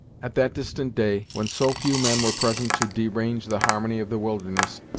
at that distant day, when so few men were present to derange the harmony of the wilderness,